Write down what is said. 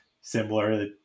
similar